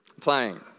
playing